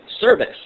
service